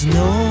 no